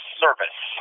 service